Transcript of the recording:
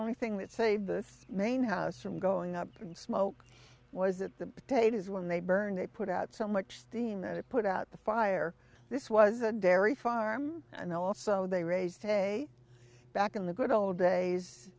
only thing that saved the main house from going up in smoke was that the potatoes when they burned they put out so much steam that it put out the fire this was a dairy farm and also they raised a back in the good old days